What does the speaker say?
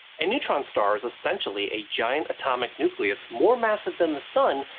a neutron star is essentially a giant atomic nucleus more massive than the sun,